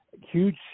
huge